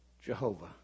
Jehovah